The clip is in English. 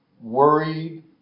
worried